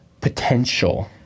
potential